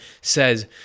says